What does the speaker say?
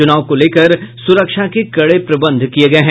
चुनाव को देखते हुये सुरक्षा के कड़े प्रबंध किये गये हैं